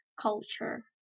culture